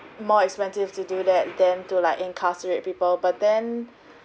more expensive to do that than to like incarcerate people but then